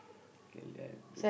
okay let~